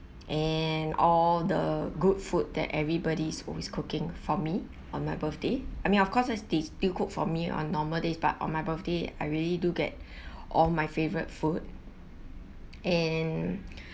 and all the good food that everybody is always cooking for me on my birthday I mean of course is they still cook for me on normal days but on my birthday I really do get all my favourite food and